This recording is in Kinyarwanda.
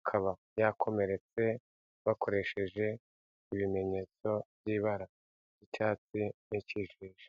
akaba yakomeretse, bakoresheje ibimenyetso by'ibara ryicyatsi n'icyikije.